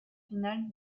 finale